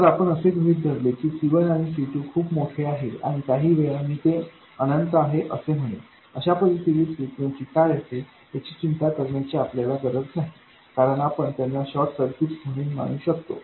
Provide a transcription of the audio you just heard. तर जर आपण असे गृहीत धरले की C1 आणि C2 खूप मोठे आहे आणि काहीवेळा मी ते अनंत आहे असे म्हणेन अशा परिस्थितीत फ्रिक्वेन्सी काय असेल याची चिंता करण्याची आपल्याला गरज नाही कारण आपण त्यांना शॉर्ट सर्किट्स म्हणून मानू शकतो